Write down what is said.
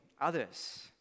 others